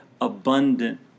abundant